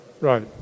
right